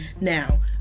Now